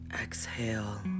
exhale